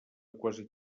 quasi